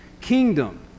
Kingdom